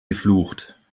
geflucht